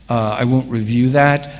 i will review that.